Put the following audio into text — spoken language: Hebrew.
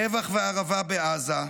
טבח והרעבה בעזה,